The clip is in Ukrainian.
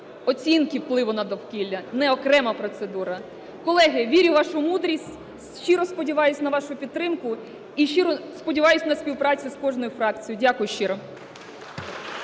оцінки впливу на довкілля, не окрема процедура. Колеги, вірю в вашу мудрість. Щиро сподіваюся на вашу підтримку і щиро сподіваюся на співпрацю з кожною фракцією. Дякую щиро.